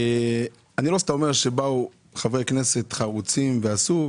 אני לא סתם אומר שבאו חברי כנסת חרוצים ועשו,